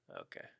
Okay